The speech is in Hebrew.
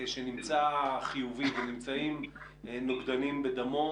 שנמצא חיובי ונמצאים נוגדנים בדמו,